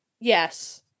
yes